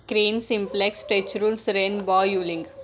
cream simplex टेचरुल्स rainbow युलिंग